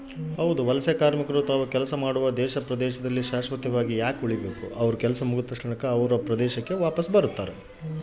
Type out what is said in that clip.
ವಲಸೆಕಾರ್ಮಿಕರು ತಾವು ಕೆಲಸ ಮಾಡುವ ದೇಶ ಪ್ರದೇಶದಲ್ಲಿ ಶಾಶ್ವತವಾಗಿ ಉಳಿಯುವ ಉದ್ದೇಶ ಹೊಂದಿರಕಲ್ಲ